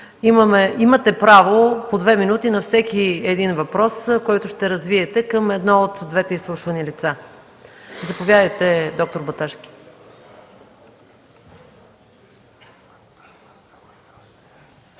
Имате право по 2 мин. на всеки един въпрос, който ще развиете, към едно от двете изслушвани лица. Заповядайте, д-р Баташки.